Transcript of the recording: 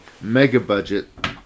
mega-budget